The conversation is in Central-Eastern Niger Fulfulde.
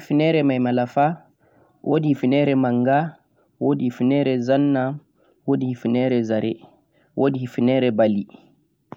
wodi hifinere mai malafa, wodi hifinere manga, wodi hifeneri zanna bo wodi hifenere zare